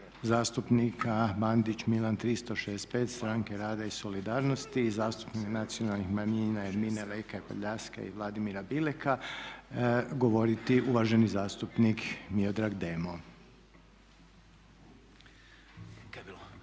zastupnika Bandić Milan 365 stranke rada i solidarnosti i zastupnik nacionalnih manjina Ermine Lekaj Prljaskaj i Vladimira Bileka govoriti uvaženi zastupnik Miodrag Demo. **Demo,